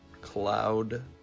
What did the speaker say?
Cloud